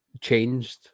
changed